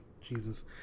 Jesus